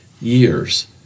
years